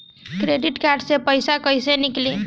Credit card से पईसा केइसे निकली?